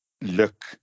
look